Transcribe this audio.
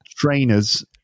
trainers